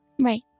Right